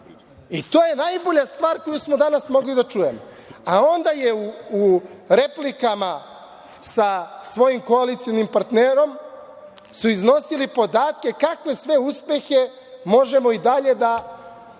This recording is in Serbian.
je najbolja stvar koju smo danas mogli da čujemo, a onda su u replikama sa svojim koalicionim partnerom iznosili podatke kakve sve uspehe možemo i dalje da dobijamo